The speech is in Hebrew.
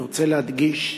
אני רוצה להדגיש,